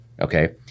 okay